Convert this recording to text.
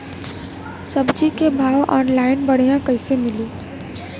सब्जी के भाव ऑनलाइन बढ़ियां कइसे मिली?